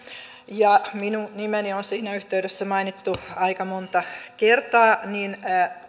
ja minun nimeni on siinä yhteydessä mainittu aika monta kertaa niin